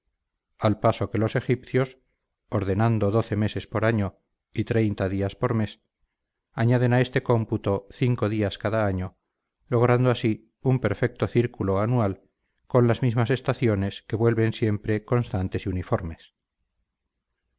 al paso que los egipcios ordenando doce meses por año y treinta días por mes añaden a este cómputo cinco días cada año logrando así un perfecto círculo anual con las mismas estaciones que vuelven siempre constantes y uniformes